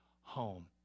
home